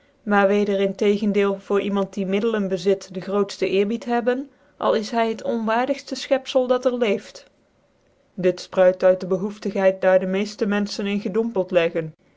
maar weder in tegendeel voor iemand die middelen bezit dc grootfte eerbied hebben al js hy het onvvaardigftc fchcpzcl dat cr leeft r dit fpn it uit dc behoeftigheid daar dc mecite menfehen in gedompeld leggen